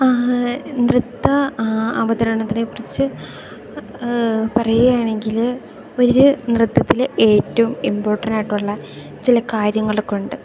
നൃത്ത അവതരണത്തിനെക്കുറിച്ച് പറയുകയാണെങ്കില് ഒര് നൃത്തത്തില് ഏറ്റോം ഇമ്പോർട്ടൻറ്റായിട്ടുള്ള ചില കാര്യങ്ങളൊക്കൊണ്ട്